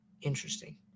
interesting